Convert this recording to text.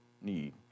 need